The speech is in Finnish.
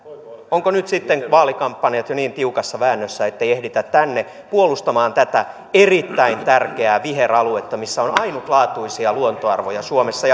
ovatko nyt sitten vaalikampanjat jo niin tiukassa väännössä ettei ehditä tänne puolustamaan tätä erittäin tärkeää viheraluetta missä on ainutlaatuisia luontoarvoja suomessa